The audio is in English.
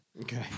Okay